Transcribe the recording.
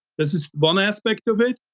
this is one aspect of it,